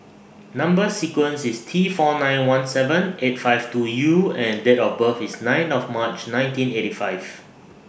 Number sequence IS T four nine one seven eight five two U and Date of birth IS nine of March nineteen eighty five